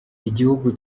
iguhugu